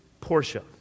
Portia